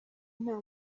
nta